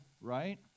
right